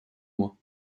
mois